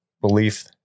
belief